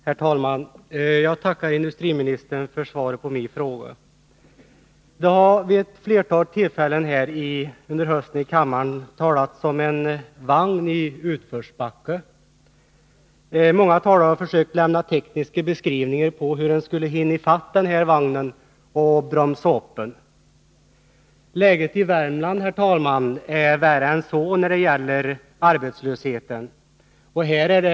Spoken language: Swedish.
Herr talman! Jag tackar industriministern för svaret på min fråga. Vid ett antal tillfällen under hösten har det här i kammaren talats om en vagn i utförsbacke. Många talare har försökt att lämna tekniska beskrivningar på hur man skulle kunna hinna ifatt den vagnen och bromsa den. Men, herr talman, läget i Värmland när det gäller arbetslösheten kräver mer än så.